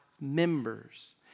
members